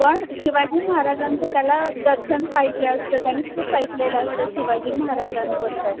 पण शिवाजी महाराजांचं त्याला दर्शन पाहिजे असतं त्याने खूप ऐकलेलं असतं शिवाजी महाराजांबद्दल